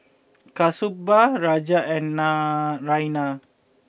Kasturba Raja and Naraina